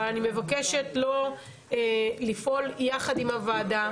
אבל אני מבקשת לפעול ביחד עם הוועדה,